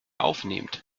aufnehmt